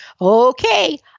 Okay